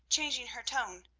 changing her tone,